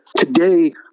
Today